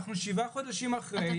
אנחנו שבעה חודשים אחרי,